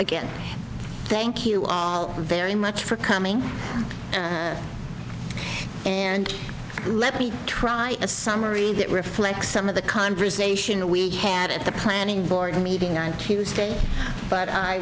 again thank you all very much for coming and let me try a summary that reflects some of the conversation we had at the planning board meeting on tuesday but i